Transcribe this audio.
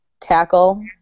tackle